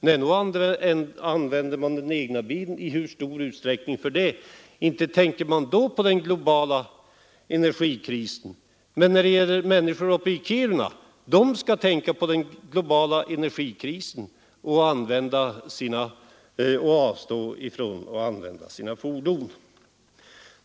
Nej, man använder den egna bilen i mycket stor utsträckning; då tänker man inte på den globala energikrisen, men människor uppe i Kiruna skall tänka på den och avstå från att använda sina fordon!